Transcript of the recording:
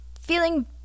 feeling